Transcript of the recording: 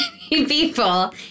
people